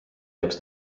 jaoks